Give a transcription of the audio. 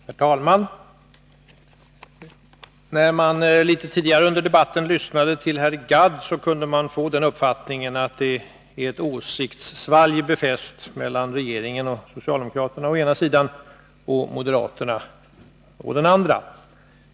Herr talman! När man tidigare under debatten lyssnade till herr Gadd, kunde man få uppfattningen att ett åsiktssvalg är befäst mellan regeringen och socialdemokraterna å ena sidan och moderaterna å den andra.